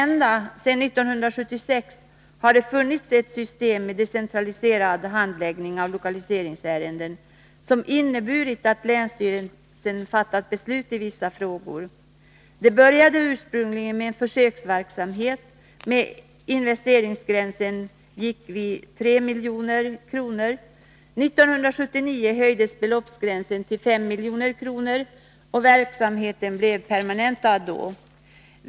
Ända sedan 1976 har det funnits ett system med decentraliserad handläggning av lokaliseringsärenden, som inneburit att länsstyrelsen fattat beslut i vissa frågor. Det började ursprungligen som en försöksverksamhet där investeringsgränsen gick vid 3 milj.kr. 1979 höjdes beloppsgränsen till 5 milj.kr., och verksamheten blev permanentad då.